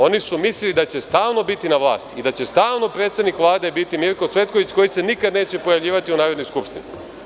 Oni su mislili da će stalno biti na vlasti i da će stalno predsednik Vlade biti Mirko Cvetković, koji se nikada neće pojavljivati u Narodnoj skupštini.